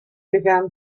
began